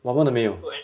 我们的没有